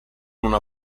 una